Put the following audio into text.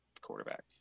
quarterback